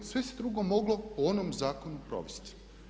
Sve se drugo moglo po onom zakonu provesti.